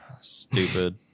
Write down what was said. stupid